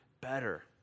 better